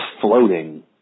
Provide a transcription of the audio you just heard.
floating